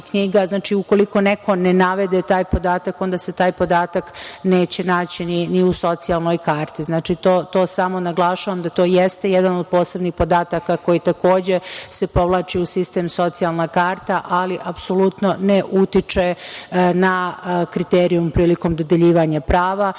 Znači, ukoliko neko ne navede taj podatak onda se taj podatak neće naći ni u socijalnoj karti. To samo naglašavam da to jeste jedan od posebnih podataka koji takođe se povlači u sistem socijalna karta, ali apsolutno ne utiče na kriterijum prilikom dodeljivanja prava,